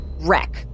wreck